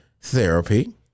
therapy